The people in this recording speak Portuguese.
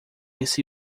esse